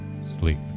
sleep